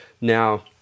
Now